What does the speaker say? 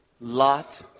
Lot